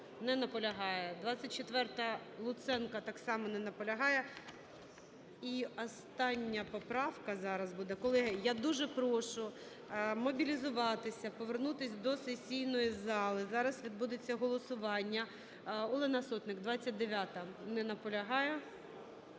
Не наполягає. 24-а Луценка. Так само не наполягає. І остання поправка зараз буде. Колеги, я дуже прошу мобілізуватися, повернутися до сесійної зали. Зараз відбудеться голосування. Олена Сотник, 29-а. Не наполягає.